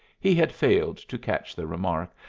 he had failed to catch the remark.